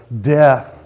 death